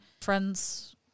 friends-